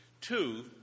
Two